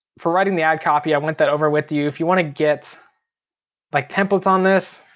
for writing the ad copy i went that over with you. if you want to get like templates on this,